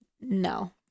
No